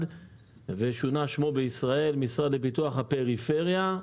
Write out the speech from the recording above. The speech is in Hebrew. ושונה שמו בישראל למשרד לפיתוח הפריפריה,